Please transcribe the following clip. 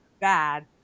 bad